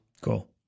Cool